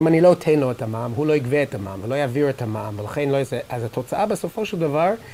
אם אני לא אתן לו את המע"ם, הוא לא יגבה את המע"ם, ולא יעביר את המע"ם, ולכן לא י... אז התוצאה בסופו של דבר...